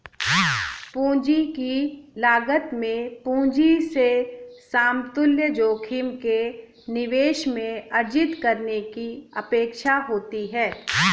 पूंजी की लागत में पूंजी से समतुल्य जोखिम के निवेश में अर्जित करने की अपेक्षा होती है